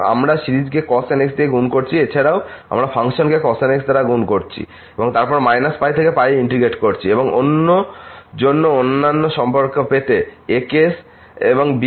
আমরা সিরিজকে cos nx দিয়ে গুণ করছি এছাড়াও আমরা ফাংশনকে cos nx দ্বারা গুণ করছি এবং তারপর π থেকে এ ইন্টিগ্রেট করছি এবং অন্য জন্য অন্যান্য সম্পর্কের পেতে aks and bks